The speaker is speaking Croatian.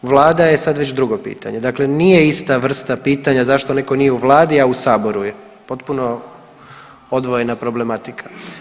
Vlada je sad već drugo pitanje, dakle nije ista vrsta pitanja zašto netko nije u Vladi, a u Saboru, potpuno odvojena problematika.